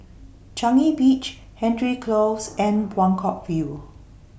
Changi Beach Hendry Close and Buangkok View